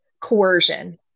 coercion